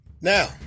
Now